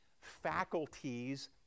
faculties